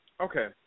Okay